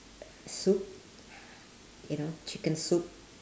soup you know chicken soup